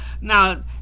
Now